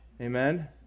Amen